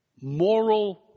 Moral